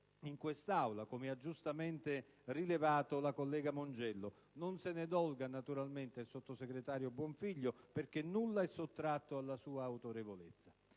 in Aula, come ha giustamente rilevato la collega Mongiello (non se ne dolga il sottosegretario Buonfiglio, perché nulla è sottratto alla sua autorevolezza).